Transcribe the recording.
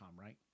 right